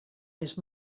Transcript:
més